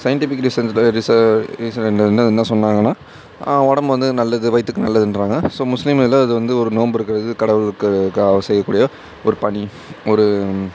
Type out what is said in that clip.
scientific reason ரிச reason என்ன என்ன என்ன சொன்னாங்கன்னால் உடம்பு வந்து நல்லது வயித்துக்கு நல்லதுன்றாங்க ஸோ முஸ்லீம் இதில் இது வந்து ஒரு நோன்பு இருக்கிறது கடவுளுக்குகாக செய்யக்கூடிய ஒரு பணி ஒரு